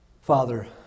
Father